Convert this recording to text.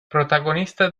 protagonista